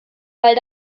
weil